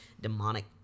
demonic